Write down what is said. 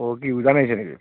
অঁ কি উজান আহিছে নেকি